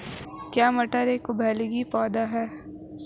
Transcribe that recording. क्या मटर एक उभयलिंगी पौधा है?